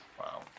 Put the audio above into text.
Wow